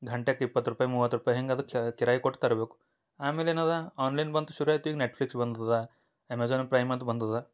ಘಂಟ್ಯಾಕ್ ಇಪ್ಪತ್ತು ರೂಪಾಯಿ ಮೂವತ್ತು ರೂಪಾಯಿ ಹಿಂಗ ಅದಕ್ಕೆ ಕಿರಾಯಿ ಕೊಟ್ಟು ತರಬೇಕು ಆಮೇಲೆ ಏನು ಅದ ಆನ್ಲೈನ್ ಬಂತು ಶುರು ಆಯಿತು ಈಗ ನೆಟ್ಫ್ಲಿಕ್ಸ್ ಬಂದದ ಅಮೇಝಾನ್ ಪ್ರೈಮ್ ಅಂತ ಬಂದದ